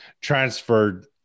transferred